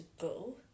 go